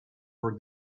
for